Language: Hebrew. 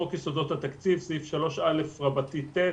חוק יסודות התקציב סעיף 3/א רבתי ט'